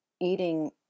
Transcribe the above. eating